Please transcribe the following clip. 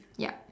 yup